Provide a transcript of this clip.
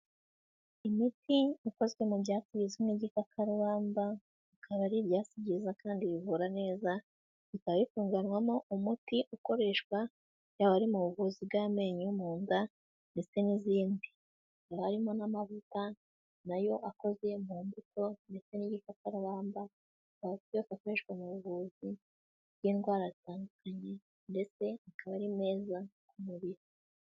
Imiti ikozwe mu byatsi bizwi nk'igitakarubamba, bikaba ari ibyatsi byiza kandi bivura neza, bikaba bituganywamo umuti ukoreshwa ari mu buvuzi bw'amenyo, mu nda, ndetse n'izindi. Haba harimo n'amavuta nayo akozwe mu mbuto ndetse n'igikabamba ,akaba yose akoreshwa mu buvuzi bw'indwara zitandukanye, ndetse akaba ari meza ku mubiri.